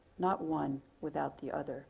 not one without the other